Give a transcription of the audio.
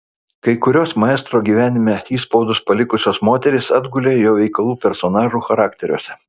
kai kurios maestro gyvenime įspaudus palikusios moterys atgulė jo veikalų personažų charakteriuose